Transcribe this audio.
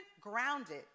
grounded